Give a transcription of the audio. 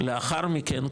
לאחר מכן,